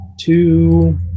Two